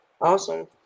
Awesome